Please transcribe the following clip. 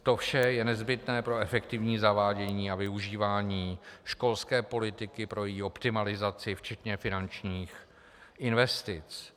To vše je nezbytné pro efektivní zavádění a využívání školské politiky, pro její optimalizaci včetně finančních investic.